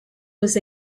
was